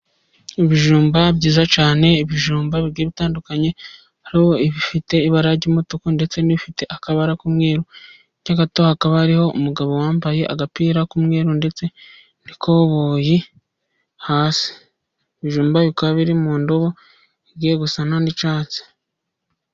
Ibijumba byiza cyane ibijumba bigiye bitandukanye ari ibifite ibara ry'umutuku ndetse n'ibifite akabara k'umweru, hirya gato hakaba hariho umugabo wambaye agapira k'umweru ndetse n'ikoboyi hasi. Ibijumba bukaba biri mu ndobo igiye gusa n'icyatsi.